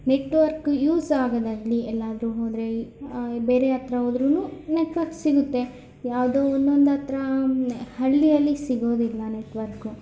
network use ಆಗದಲ್ಲಿ ಎಲ್ಲಾದ್ರೂ ಹೋದರೆ ಬೇರೆ ಹತ್ರ ಹೋದ್ರೂ ನೆಟ್ವರ್ಕ್ ಸಿಗುತ್ತೆ ಯಾವುದೋ ಒಂದೊಂದು ಹತ್ರ ಹಳ್ಳಿಯಲ್ಲಿ ಸಿಗೋದಿಲ್ಲ ನೆಟ್ವರ್ಕು